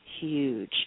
huge